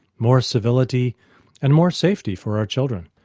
more civility and more safety for our children.